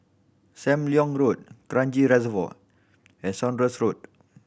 Sam Leong Road Kranji Reservoir and Saunders Road